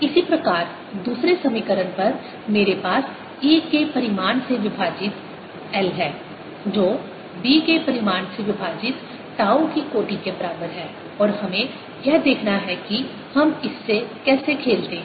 इसी प्रकार दूसरे समीकरण पर मेरे पास E के परिमाण से विभाजित l है जो B के परिमाण से विभाजित टाउ की कोटि के बराबर है और हमें यह देखना है कि हम इससे कैसे खेलते हैं